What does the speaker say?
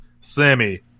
Sammy